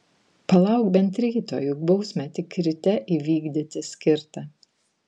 palauk bent ryto juk bausmę tik ryte įvykdyti skirta